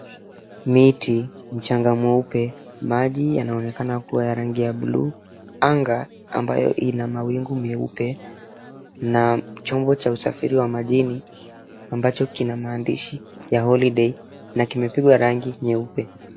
Miti, mchanga mweupe, maji yanaonekana kuwa ya rangi ya buluu. Anga ambayo ina mawingu meupe na chombo cha usafiri wa majini ambacho kina maandishi ya, Holiday na kimepigwa rangi nyeupe.